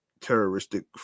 terroristic